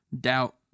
doubt